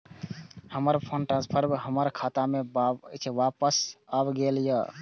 हमर fund transfer हमर खाता में वापस आब गेल या